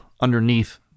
underneath